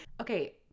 okay